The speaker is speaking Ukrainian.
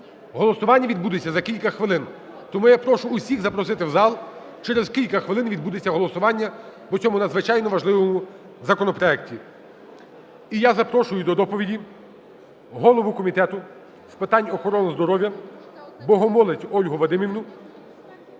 голосування відбудеться за кілька хвилин. Тому я прошу усіх запросити в зал, через кілька хвилин відбудеться голосування по цьому надзвичайно важливому законопроекту. І я запрошую до доповіді голову Комітету з питань охорони здоров'я Богомолець Ольгу Вадимівну